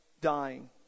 Dying